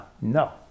no